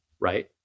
right